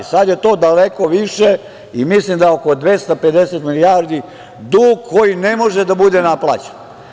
Sada je to daleko više i mislim da je oko 250 milijardi dug koji ne može da bude naplaćen.